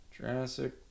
Jurassic